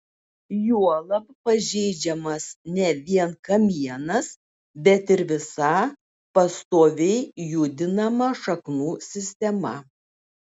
juolab pažeidžiamas ne vien kamienas bet ir visa pastoviai judinama šaknų sistema